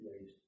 ways